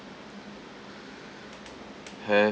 have